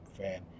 fan